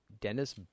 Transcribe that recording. Dennis